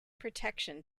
protection